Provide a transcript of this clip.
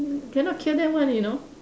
cannot kill them one you know